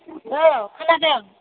औ खोनादों